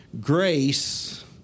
grace